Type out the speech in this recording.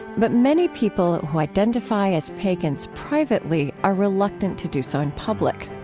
but many people who identify as pagans privately are reluctant to do so in public.